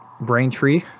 Braintree